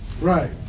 Right